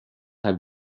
have